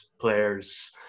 players